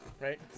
right